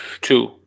two